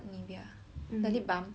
!huh! use lip balm on my armpit